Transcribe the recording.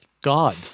God